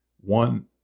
one